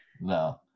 No